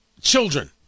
children